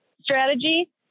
strategy